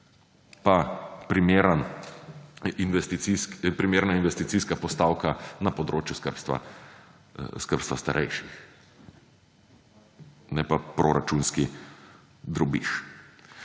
pa primerna investicijska postavka na področju skrbstva starejših, ne pa proračunski drobiž.